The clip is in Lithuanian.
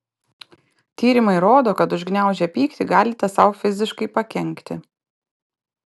tyrimai rodo kad užgniaužę pyktį galite sau fiziškai pakenkti